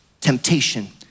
temptation